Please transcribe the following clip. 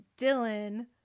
Dylan